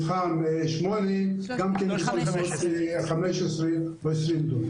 מתחם 8 גם כן בסביבות 15 דונם.